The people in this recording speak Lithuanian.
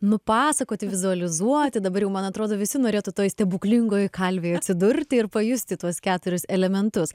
nupasakoti vizualizuoti dabar jau man atrodo visi norėtų toj stebuklingoj kalvėj atsidurti ir pajusti tuos keturis elementus